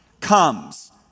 comes